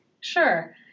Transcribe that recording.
Sure